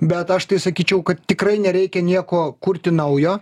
bet aš tai sakyčiau kad tikrai nereikia nieko kurti naujo